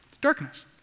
darkness